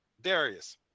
Darius